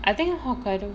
I think hokkaido